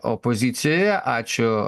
opozicijoje ačiū